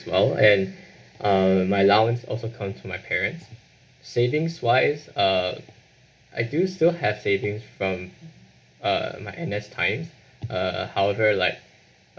well and uh my allowance also come to my parents savings wise uh I do still have savings from uh my N_S time uh however like